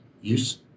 use